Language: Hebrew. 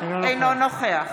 אינו נוכח